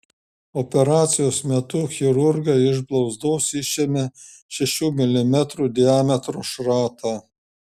operacijos metu chirurgai iš blauzdos išėmė šešių milimetrų diametro šratą